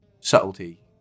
Subtlety